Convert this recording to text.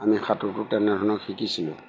আমি সাঁতোৰটো তেনেধৰণৰ শিকিছিলোঁ